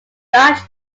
dutch